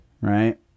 right